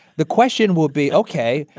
the question will be, ok,